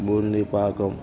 బూందీ పాకం